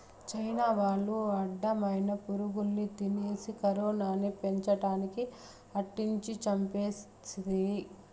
China వాళ్లు అడ్డమైన పురుగుల్ని తినేసి కరోనాని పెపంచానికి అంటించి చంపేస్తిరి